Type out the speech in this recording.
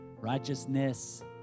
righteousness